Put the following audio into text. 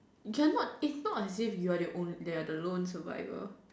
cannot it's not as if you the only the lone survivor